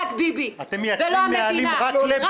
רק ביבי ולא המדינה.